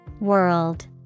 World